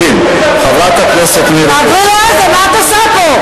נכון, את מייצגת את הפלסטינים, אז מה את עושה פה?